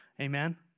Amen